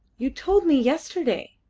you told me yesterday,